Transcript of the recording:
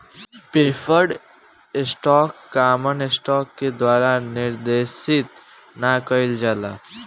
preferred stock common stock के द्वारा निर्देशित ना कइल जाला